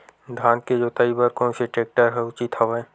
धान के जोताई बर कोन से टेक्टर ह उचित हवय?